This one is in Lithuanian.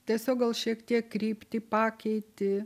tiesiog gal šiek tiek kryptį pakeiti